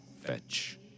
Fetch